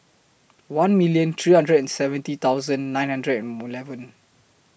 one million three hundred and seventy thousand nine hundred and eleven